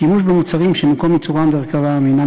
שימוש במוצרים שמקום ייצורם והרכבם אינם